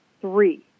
Three